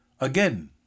again